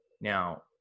Now